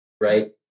right